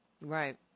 Right